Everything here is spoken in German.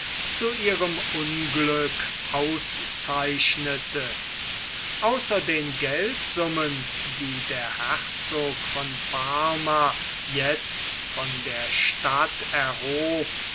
zu ihrem unglück auszeichnete außer den geldsummen die der herzog von parma jetzt von der stadt erhob